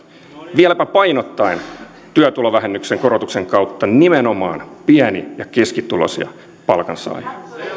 vieläpä painottaen työtulovähennyksen korotuksen kautta nimenomaan pieni ja keskituloisia palkansaajia